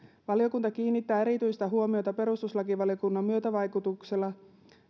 valiokunta kiinnittää erityistä huomiota perustuslakivaliokunnan myötävaikutuksella